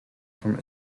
from